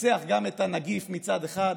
לנצח גם את הנגיף מצד אחד,